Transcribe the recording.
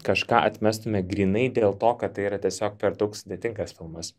kažką atmestume grynai dėl to kad tai yra tiesiog per daug sudėtingas filmas